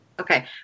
Okay